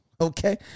okay